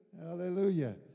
Hallelujah